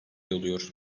oluyor